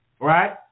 right